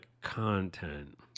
content